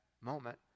moment